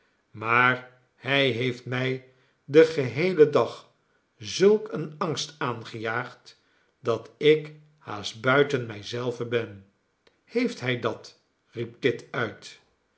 maar hij heeft mij den geheelen dag zulk een angst aangejaagd dat ik haast buiten mij zelve ben heeft hij dat riep kit uit